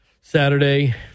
Saturday